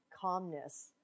calmness